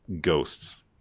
ghosts